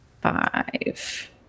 five